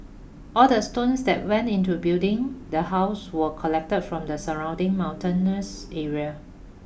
all the stones that went into building the house were collected from the surrounding mountainous area